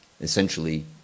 Essentially